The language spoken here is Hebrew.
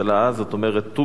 זאת אומרת בט"ו בשבט.